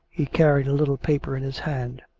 he carried a little paper in his hand.